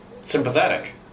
sympathetic